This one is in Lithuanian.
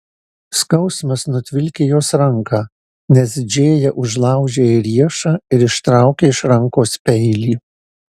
skausmas nutvilkė jos ranką nes džėja užlaužė jai riešą ir ištraukė iš rankos peilį